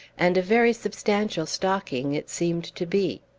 and a very substantial stocking it seemed to be.